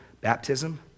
baptism